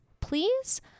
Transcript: please